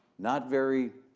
not very